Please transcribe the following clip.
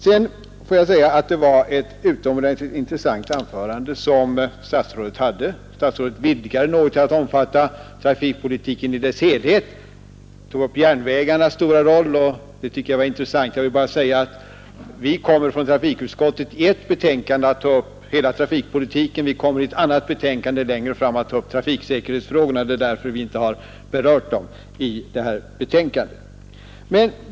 Sedan får jag säga att det var ett utomordentligt intressant anförande som statsrådet höll. Statsrådet vidgade det något till att omfatta trafikpolitiken i dess helhet och framhöll järnvägarnas stora roll. Jag vill bara säga att vi från trafikutskottet kommer att i ett betänkande ta upp hela trafikpolitiken och att vi i ett annat betänkande längre fram kommer att ta upp trafiksäkerhetsfrågorna — det är därför vi inte har berört dem i detta betänkande.